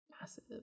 massive